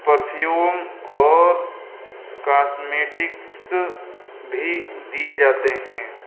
perfume اور cosmetics بھی دیے جاتے ہیں